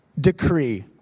decree